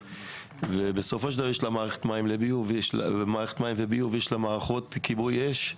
יש להם מערכת מים וביוב, יש להם מערכות כיבוי אש,